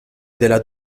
della